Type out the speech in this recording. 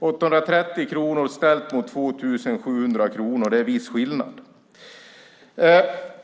830 kronor ställt mot 2 700 kronor är en viss skillnad.